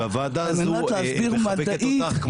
על מנת להסביר מדעית.